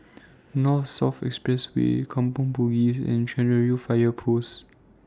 North South Expressway Kampong Bugis and Cairnhill Fire Post